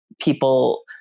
people